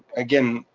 again,